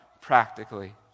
practically